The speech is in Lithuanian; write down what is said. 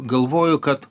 galvoju kad